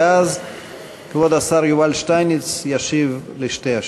ואז כבוד השר יובל שטייניץ ישיב על שתי השאלות.